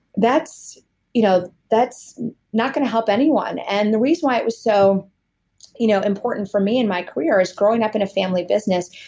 that's you know that's not going to help anyone. and the reason why it was so you know important for me in my career, is growing up in a family business,